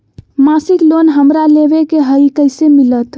मासिक लोन हमरा लेवे के हई कैसे मिलत?